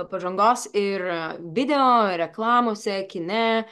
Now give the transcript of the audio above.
pažangos ir video reklamose kine